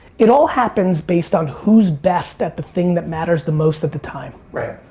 it all happens based on who's best at the thing that matters the most at the time. right,